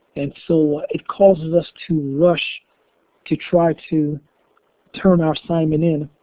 and so it causes us to rush to try to turn our assignment in.